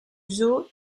zoo